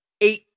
eight